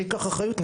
שייקח אחריות.